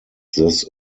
this